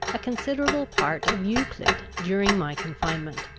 a considerable part of euclid during my confinement,